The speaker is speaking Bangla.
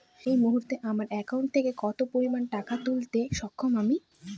এই মুহূর্তে আমার একাউন্ট থেকে কত পরিমান টাকা তুলতে সক্ষম আমি?